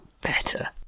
better